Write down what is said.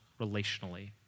relationally